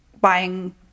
buying